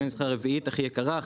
אם אני זוכר הרביעית הכי יקרה,